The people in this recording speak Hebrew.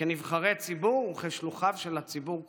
כנבחרי ציבור וכשלוחיו של הציבור כולו.